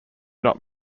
not